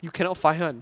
you cannot find [one]